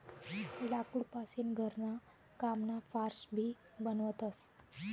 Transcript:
लाकूड पासीन घरणा कामना फार्स भी बनवतस